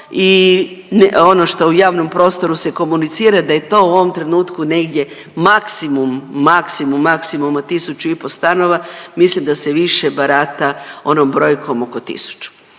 i ono što u javnom prostoru se komunicira da je to u ovom trenutku negdje maksimu, maksimu maksimuma tisuću i po stanova, mislim da se više barata onom brojkom oko tisuću.